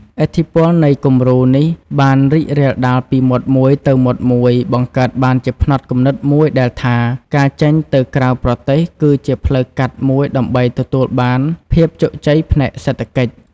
ឥទ្ធិពលនៃ "គំរូ" នេះបានរីករាលដាលពីមាត់មួយទៅមាត់មួយ បង្កើតបានជាផ្នត់គំនិតមួយដែលថា ការចេញទៅក្រៅប្រទេស គឺជាផ្លូវកាត់មួយដើម្បីទទួលបានភាពជោគជ័យផ្នែកសេដ្ឋកិច្ច។